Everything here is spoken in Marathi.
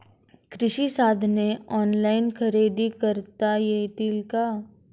कृषी साधने ऑनलाइन खरेदी करता येतील का?